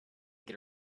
get